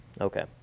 okay